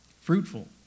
fruitful